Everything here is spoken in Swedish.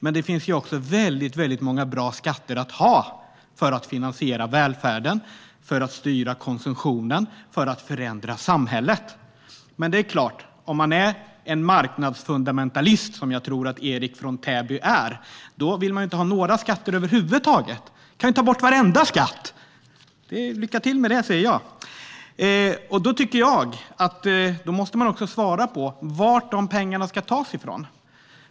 Men det finns också väldigt många skatter som det är bra att ha för att finansiera välfärden, för att styra konsumtionen och för att förändra samhället. Men om man är en marknadsfundamentalist, som jag tror att Erik från Täby är, vill man inte ha några skatter över huvud taget. Då kan vi ta bort varenda skatt. Lycka till med det, säger jag. Då tycker jag att man också måste svara på varifrån de pengarna ska tas.